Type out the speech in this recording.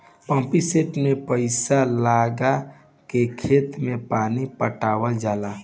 pumpset में pipe लगा के खेत में पानी पटावल जाला